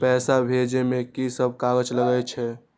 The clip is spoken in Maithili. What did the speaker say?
पैसा भेजे में की सब कागज लगे छै?